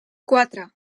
quatre